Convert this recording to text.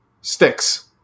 sticks